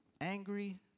angry